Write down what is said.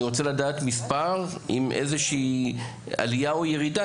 אני רוצה לדעת מספר עם איזושהי עלייה או ירידה.